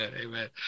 amen